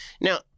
Now